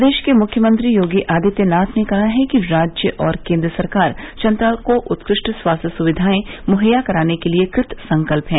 प्रदेश के मुख्यमंत्री योगी आदित्यनाथ ने कहा है कि राज्य और केन्द्र सरकार जनता को उत्कृष्ट स्वास्थ्य सुविधाएं मुहैय्या कराने के लिए कृत संकल्प है